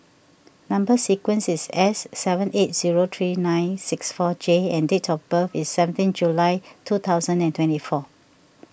Number Sequence is S seven eight zero three nine six four J and date of birth is seventeen July two thousand and twenty four